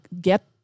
Get